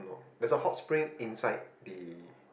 there's a hot spring inside the